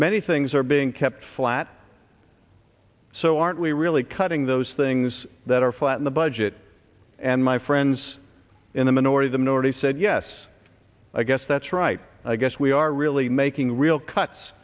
many things are being kept flat so aren't we really cutting those things that are flat in the budget and my friends in the minority the minority said yes i guess that's right i guess we are really making real cuts